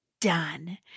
done